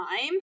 time